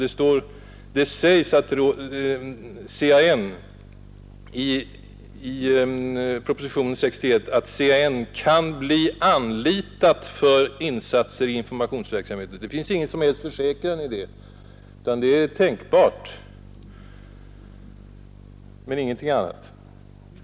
Det står alltså i propositionen 61 att ”CAN kan bli anlitat för insatser i informationsverksamheten”. Det finns såvitt jag kan se ingen som helst försäkran i detta, utan det är bara tänkbart att CAN kopplas in och ingenting annat.